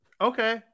Okay